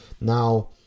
Now